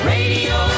Radio